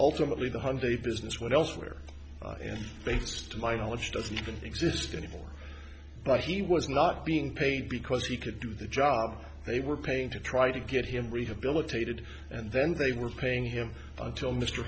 ultimately the hyundai business with elsewhere and thanks to my knowledge doesn't even exist anymore but he was not being paid because he could do the job they were paying to try to get him rehabilitated and then they were paying him until mr